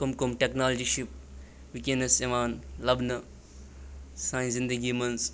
کَم کَم ٹٮ۪کنالجی چھِ وٕنکٮ۪نَس یِوان لَبنہٕ سانہِ زِندگی منٛز